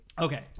Okay